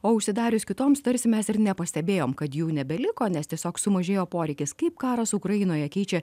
o užsidarius kitoms tarsi mes ir nepastebėjom kad jų nebeliko nes tiesiog sumažėjo poreikis kaip karas ukrainoje keičia